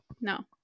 no